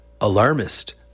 Alarmist